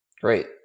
Great